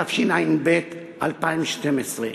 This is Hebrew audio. התשע"ב 2012,